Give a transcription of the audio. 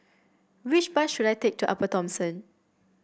which bus should I take to Upper Thomson